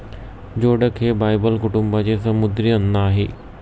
जोडक हे बायबल कुटुंबाचे समुद्री अन्न आहे